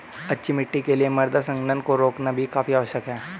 अच्छी मिट्टी के लिए मृदा संघनन को रोकना भी काफी आवश्यक है